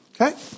Okay